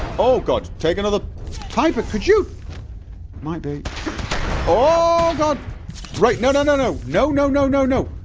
oh god, take another piper could you maybe ohhh god right, no no no no no no no no no